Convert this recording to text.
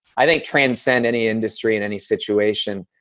i think transcend any industry and any situation.